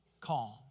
calm